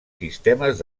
sistemes